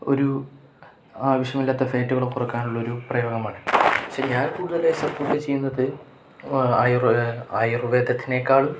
ഒരു ആവശ്യമില്ലാത്ത ഫേറ്റുകൾ കുറയ്ക്കാനുള്ളൊരു പ്രയോഗമാണ് പക്ഷെ ഞാൻ കൂടുതലായി സപ്പോർട്ട് ചെയ്യുന്നത് ആയുർവേദത്തിനേക്കാള്